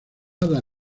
ada